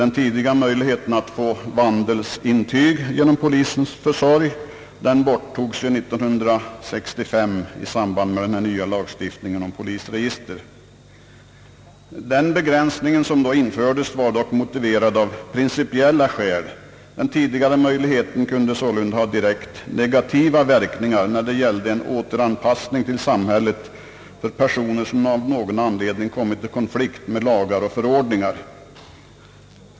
Den tidigare möjligheten att få vandelsintyg genom polisens försorg borttogs 1965 i samband med den nya lagstiftningen om polisregister. Den begränsning som då infördes hade kommit till av principiella skäl. Möjligheten att erhålla vandelsintyg kunde ha direkta negativa verkningar när det gällde återanpassning till samhället av personer som av någon anledning råkat i konflikt med rättvisan.